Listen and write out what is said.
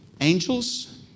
angels